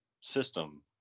system